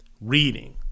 reading